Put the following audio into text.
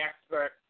expert